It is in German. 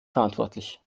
verantwortlich